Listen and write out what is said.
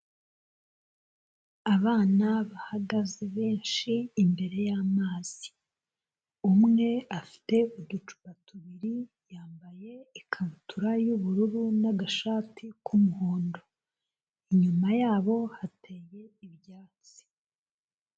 Abana bahagaze benshi imbere y'amazi, umwe afite uducupa tubiri yambaye ikabutura y'ubururu n'agashati k'umuhondo, inyuma yabo hateye ibyatsi.